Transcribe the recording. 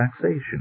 taxation